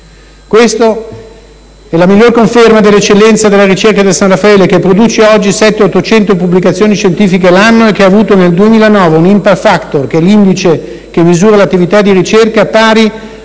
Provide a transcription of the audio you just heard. Questa è la migliore conferma dell'eccellenza della ricerca del San Raffaele, che "produce" 700-800 pubblicazioni scientifiche l'anno e ha avuto nel 2009 un *impact factor* (l'indice che misura l'attività di ricerca) pari